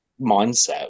mindset